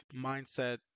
mindset